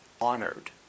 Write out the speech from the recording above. honored